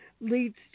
leads